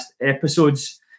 episodes